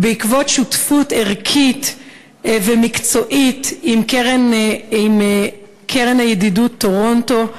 בעקבות שותפות ערכית ומקצועית עם קרן הידידות טורונטו.